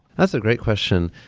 that's a great question.